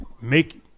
Make